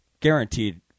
guaranteed